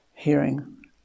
hearing